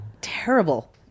terrible